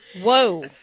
Whoa